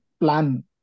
plan